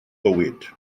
bywyd